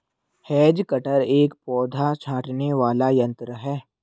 has cutter एक पौधा छाँटने वाला यन्त्र है